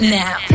now